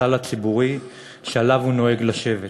הספסל הציבורי שעליו הוא נוהג לשבת.